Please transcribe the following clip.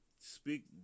speak